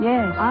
Yes